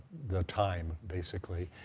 the time, basically,